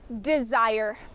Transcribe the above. desire